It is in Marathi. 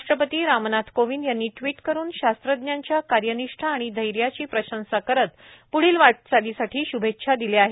राष्ट्रपती रामनाथ कोविंद यांनी ट्विट करून शास्त्रज्ञांच्या कार्यनिष्ठा आणि धैर्याची प्रशंसा करतए प्ढील वाटचालीसाठी श्भेच्छा दिल्या आहेत